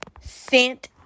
scent